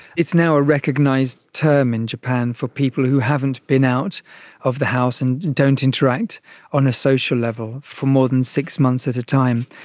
it's now a recognised term in japan for people who haven't been out of the house and don't interact on a social level for more than six months at a time.